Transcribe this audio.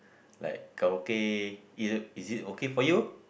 like karaoke y~ is it okay for you